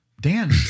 Dan